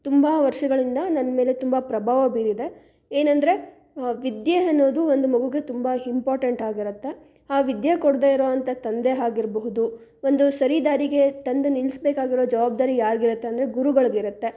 ತುಂಬ ವರ್ಷಗಳಿಂದ ನನ್ನ ಮೇಲೆ ತುಂಬ ಪ್ರಭಾವ ಬೀರಿದೆ ಏನೆಂದ್ರೆ ವಿದ್ಯೆ ಅನ್ನೋದು ಒಂದು ಮಗುಗೆ ತುಂಬ ಹಿಂಪಾರ್ಟೆಂಟ್ ಆಗಿರುತ್ತೆ ಆ ವಿದ್ಯೆ ಕೊಡದೆ ಇರುವಂತ ತಂದೆ ಆಗಿರ್ಬಹುದು ಒಂದು ಸರಿ ದಾರಿಗೆ ತಂದು ನಿಲ್ಲಿಸ್ಬೇಕಾಗಿರುವ ಜವಾಬ್ದಾರಿ ಯಾರಿಗಿರುತ್ತೆ ಅಂದರೆ ಗುರುಗಳಿಗಿರುತ್ತೆ